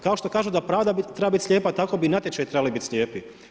Kao što kažu da pravda treba biti slijepa, tako bi i natječaji trebali biti slijepi.